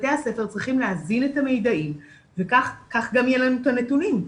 בתי הספר צריכים להזין את המידעים וכך גם יהיו את הנתונים,